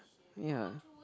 ya